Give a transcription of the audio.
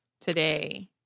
today